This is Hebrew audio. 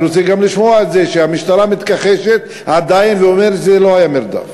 אני רוצה גם לשמוע את זה שהמשטרה מתכחשת עדיין ואומרת שזה לא היה מרדף.